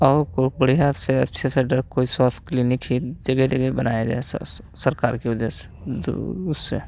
और कोई बढ़िया से अच्छे से अगर कोई स्वास्थ्य क्लीनिक ही जगह जगह बनाया जाए सरकार की वो जैसे तो उससे